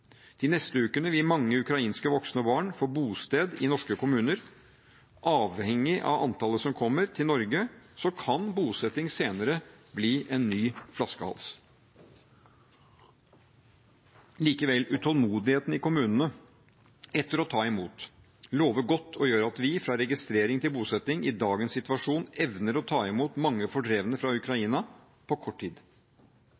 De neste ukene vil mange ukrainske voksne og barn få bosted i norske kommuner. Avhengig av antallet som kommer til Norge, kan bosetting senere bli en ny flaskehals. Likevel: Utålmodigheten i kommunene etter å ta imot lover godt og gjør at vi – fra registrering til bosetting – i dagens situasjon evner å ta imot mange fordrevne fra